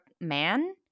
man